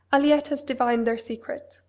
aliette has divined their secret.